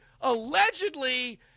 allegedly